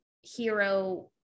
hero